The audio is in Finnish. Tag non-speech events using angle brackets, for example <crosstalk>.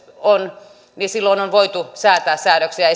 on niin silloin on voitu säätää säädöksiä <unintelligible>